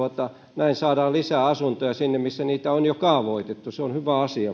näin saadaan lisää asuntoja sinne missä niitä on jo kaavoitettu se on hyvä asia